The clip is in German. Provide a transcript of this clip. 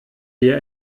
dir